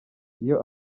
iyo